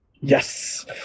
Yes